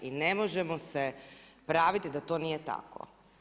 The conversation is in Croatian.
I ne možemo se praviti da to nije tako.